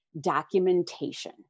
documentation